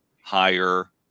higher